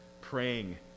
praying